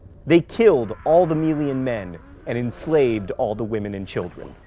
they killed all the melian men and enslaved all the women and children.